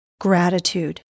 gratitude